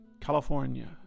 California